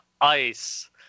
ice